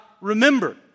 remember